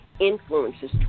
influences